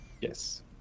Yes